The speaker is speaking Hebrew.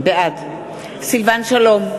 בעד סילבן שלום,